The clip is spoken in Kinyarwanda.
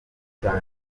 cyane